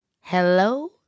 Hello